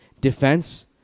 Defense